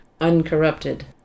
Uncorrupted